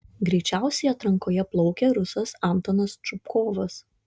greičiausiai atrankoje plaukė rusas antonas čupkovas